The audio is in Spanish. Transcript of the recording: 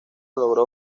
logró